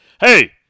Hey